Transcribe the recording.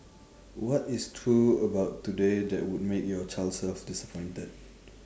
what is true about today that would make your child self disappointed